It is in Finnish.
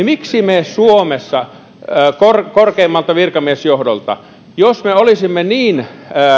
miksi me suomessa korkeimmalta vikamiesjohdolta jos me olisimme niin